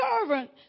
servant